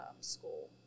school